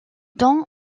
dans